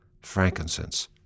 frankincense